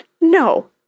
No